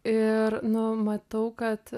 ir nu matau kad